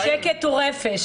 כי שקט הוא רפש.